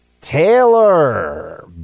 Taylor